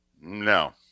No